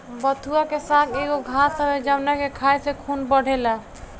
बथुआ के साग एगो घास हवे जावना के खाए से खून बढ़ेला